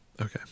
Okay